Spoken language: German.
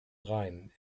rhein